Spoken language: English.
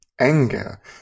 anger